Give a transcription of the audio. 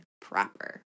proper